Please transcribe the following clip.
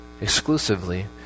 exclusively